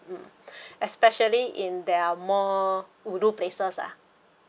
especially in their more ulu places ah